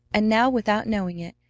and now, without knowing it,